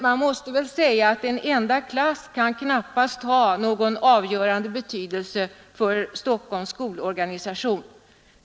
Men en enda klass kan knappast ha någon avgörande betydelse för Stockholms skolorganisation.